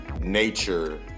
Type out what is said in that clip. nature